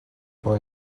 for